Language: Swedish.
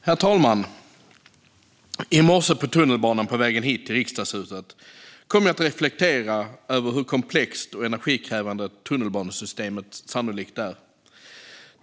Herr talman! I morse på tunnelbanan på väg hit till Riksdagshuset kom jag att reflektera över hur komplext och energikrävande tunnelbanesystemet sannolikt är.